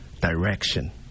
direction